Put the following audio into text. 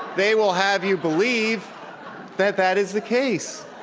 they will have you believe that, that is the case.